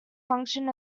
function